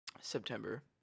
September